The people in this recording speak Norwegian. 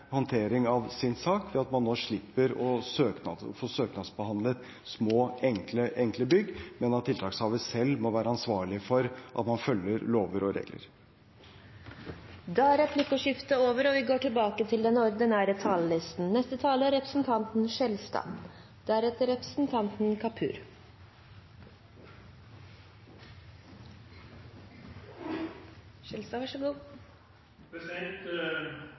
håndtering av sin sak ved at man nå slipper å få søknadsbehandlet små, enkle bygg, men tiltakshaveren må selv være ansvarlig for at man følger lover og regler. Replikkordskiftet er omme. De talere som heretter får ordet, har en taletid på inntil 3 minutter. Jeg er heller ikke så